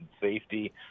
safety